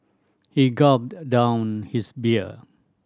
he gulped down his beer